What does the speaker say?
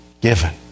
given